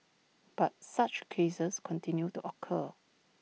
but such cases continue to occur